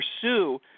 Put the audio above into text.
pursue